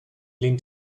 lehnt